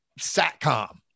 SATCOM